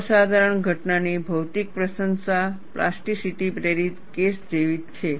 અસાધારણ ઘટનાની ભૌતિક પ્રશંસા પ્લાસ્ટિસિટી પ્રેરિત કેસ જેવી જ છે